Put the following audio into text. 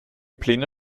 pläne